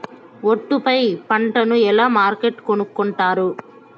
ఒట్టు పై పంటను ఎలా మార్కెట్ కొనుక్కొంటారు?